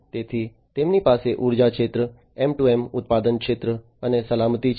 તેથી તેમની પાસે ઊર્જા ક્ષેત્ર M2M ઉત્પાદન ક્ષેત્ર અને સલામતી છે